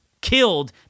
killed